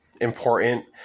important